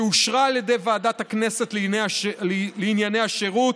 שאושרה על ידי ועדת הכנסת לענייני השירות,